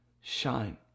shine